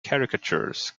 caricatures